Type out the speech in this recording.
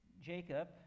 Jacob